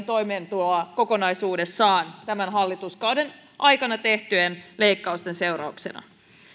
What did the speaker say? toimeentuloa kokonaisuudessaan tämän hallituskauden aikana tehtyjen leikkausten seurauksena